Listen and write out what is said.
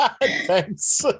thanks